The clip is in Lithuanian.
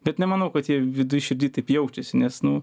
bet nemanau kad jie viduj širdy taip jaučiasi nes nu